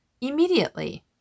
immediately